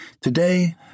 Today